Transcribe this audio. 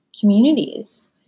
communities